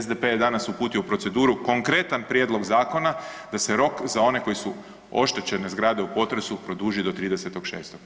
SDP je danas uputio u proceduru konkretan prijedlog zakona da se rok za one koje su oštećene zgrade u potresu produži do 30.6.